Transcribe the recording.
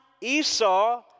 Esau